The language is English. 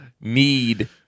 need